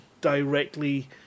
directly